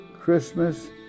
Christmas